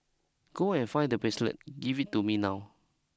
go and find the bracelet give it to me now